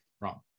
Wrong